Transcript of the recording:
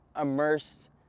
immersed